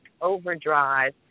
overdrive